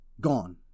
gone